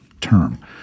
term